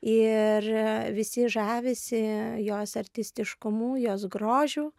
ir visi žavisi jos artistiškumu jos grožiu